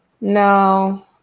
No